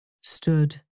stood